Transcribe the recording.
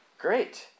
great